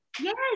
Yes